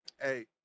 Hey